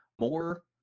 more